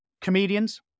comedians